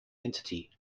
entity